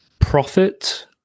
profit